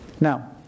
Now